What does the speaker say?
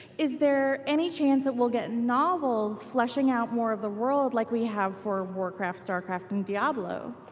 is there any chance that we'll get novels fleshing out more of the world like we have for warcraft, starcraft and diablo?